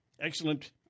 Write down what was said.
excellent